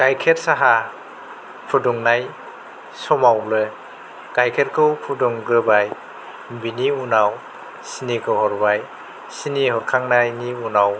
गाइखेर साहा फुदुंनाय समावबो गाइखेरखौ फुदुंग्रोबाय बिनि उनाव सिनिखौ हरबाय सिनि हरखांनायनि उनाव